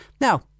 Now